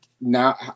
now